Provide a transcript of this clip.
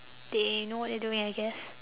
they know what they're doing I guess